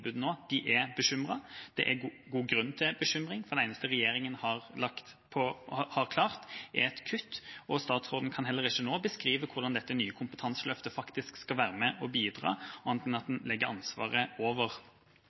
bekymring, for det eneste regjeringa har klart, er et kutt, og statsråden kan heller ikke nå beskrive hvordan dette ny kompetanseløftet skal være med og bidra, annet enn at en legger ansvaret over